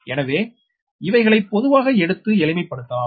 எனவே இவைகளை பொதுவாக எடுத்து எளிமைப்படுத்தலாம்